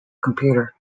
computer